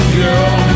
girl